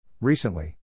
Recently